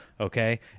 Okay